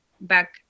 back